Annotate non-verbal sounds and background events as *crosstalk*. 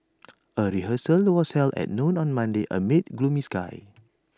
*noise* A rehearsal was held at noon on Monday amid gloomy sky